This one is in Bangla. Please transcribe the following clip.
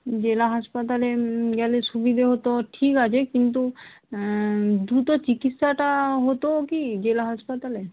জেলা হাসপাতালে গেলে সুবিধে হতো ঠিক আছে কিন্তু দ্রুত চিকিৎসাটা হতো কি জেলা হাসপাতালে